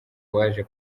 waje